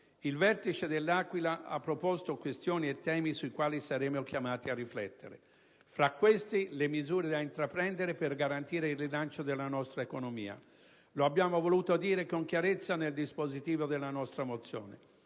il vertice de L'Aquila ha proposto questioni e temi sui quali saremo chiamati a riflettere; fra questi, le misure da intraprendere per garantire il rilancio della nostra economia. Lo abbiamo voluto dire con chiarezza nel dispositivo della nostra mozione.